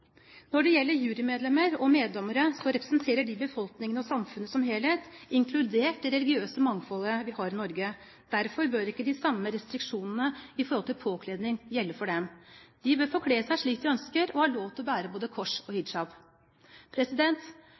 Når det gjelder jurymedlemmer og meddommere, representerer de befolkningen og samfunnet som helhet, inkludert det religiøse mangfoldet vi har i Norge. Derfor bør ikke de samme restriksjonene for påkledning gjelde for dem. De bør få kle seg slik de ønsker, og ha lov til å bære både kors og